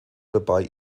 dabei